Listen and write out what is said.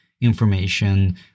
information